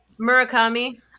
Murakami